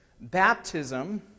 Baptism